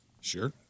Sure